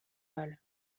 mal